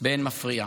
באין מפריע.